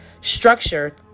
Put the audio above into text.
structure